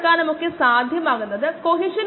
35 vm ആയി മാറുന്നു km വഴി vm 58